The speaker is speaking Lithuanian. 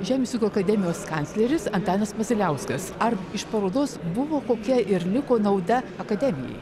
žemės ūkio akademijos kancleris antanas maziliauskas ar iš parodos buvo kokia ir liko nauda akademijai